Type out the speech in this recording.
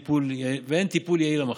ואין טיפול יעיל למחלה.